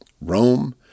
Rome